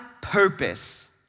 purpose